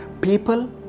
people